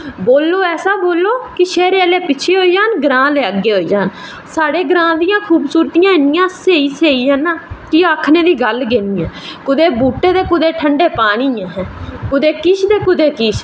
बोलो ऐसा बोलो कि शैह्रे आह्ले पिच्छें होई जान ग्रांऽ आह्ले अग्गैं होई जान साढ़े ग्रांऽ दियां खूबसूरियां इन्नियां स्हेई स्हेई न ना कि आक्खने दी गल्ल गै नी ऐ कुदै बूह्टे ते कूदै ठंडे पानी न कुदै किश ते कुदै किश